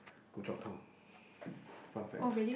Goh-Chok-Tong fun fact